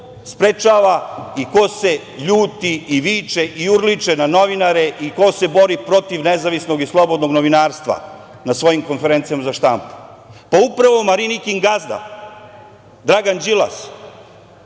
sprečava i ko se ljuti i viče i urliče na novinare i ko se bori protiv nezavisnog i slobodnog novinarstva na svojim konferencijama za štampu? Pa, upravo Marinikin gazda Dragan Đilas. Evo,